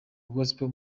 gospel